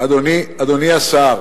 אדוני השר,